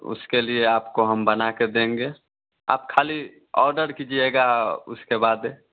उसके लिए आपको हम बनाकर देंगे आप खाली ऑर्डर कीजिएगा उसके बाद